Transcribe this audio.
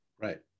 Right